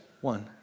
One